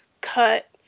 cut